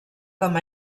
com